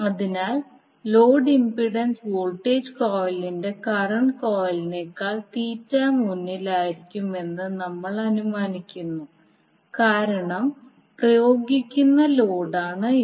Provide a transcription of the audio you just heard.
അതിനാൽ load impedance voltage കോയിലിന്റെ current കോയിലിനെകാൾ മുന്നിൽ ആയിരിക്കുമെന്ന് നമ്മൾ അനുമാനിക്കുന്നു കാരണം പ്രയോഗിക്കുന്ന ലോഡാണ് ഇത്